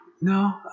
no